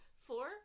four